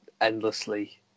endlessly